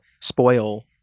spoil